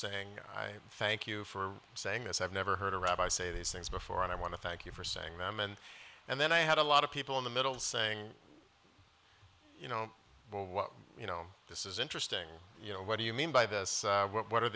saying i thank you for saying this i've never heard a rabbi say these things before and i want to thank you for saying them and and then i had a lot of people in the middle saying you know well you know this is interesting you know what do you mean by this what are